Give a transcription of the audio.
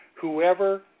Whoever